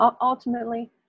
Ultimately